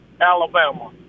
Alabama